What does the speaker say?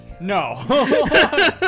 No